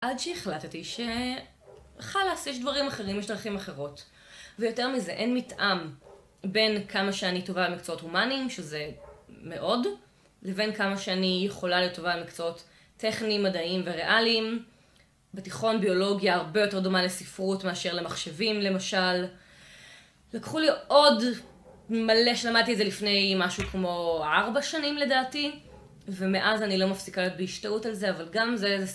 עד שהחלטתי ש... חלאס, יש דברים אחרים, יש דרכים אחרות. ויותר מזה, אין מתאם בין כמה שאני טובה במקצועות הומאניים, שזה מאוד, לבין כמה שאני יכולה להיות טובה במקצועות טכני-מדעיים וריאליים. בתיכון ביולוגיה הרבה יותר דומה לספרות מאשר למחשבים, למשל. לקחו לי עוד מלא, שלמדתי את זה לפני משהו כמו ארבע שנים לדעתי, ומאז אני לא מפסיקה להיות בהשתאות על זה, אבל גם זה...